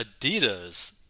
Adidas